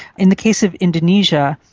in the case of indonesia,